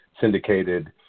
syndicated